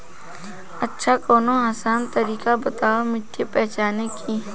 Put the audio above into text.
अच्छा कवनो आसान तरीका बतावा मिट्टी पहचाने की?